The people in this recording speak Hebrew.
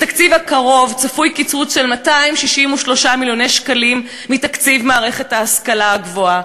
בתקציב הקרוב צפוי קיצוץ של 263 מיליון שקל בתקציב מערכת ההשכלה הגבוהה.